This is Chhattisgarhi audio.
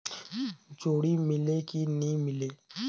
जोणी मीले कि नी मिले?